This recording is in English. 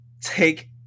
take